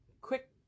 quick